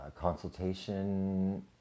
consultation